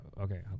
Okay